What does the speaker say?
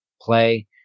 play